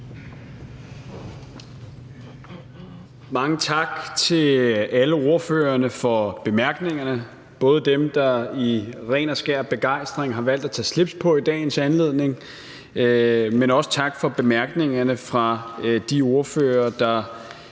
Mange tak til alle ordførerne for bemærkningerne, både til dem, der i ren og skær begejstring har valgt at tage slips på i dagens anledning, men også tak for bemærkningerne fra de ordførere, der